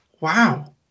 Wow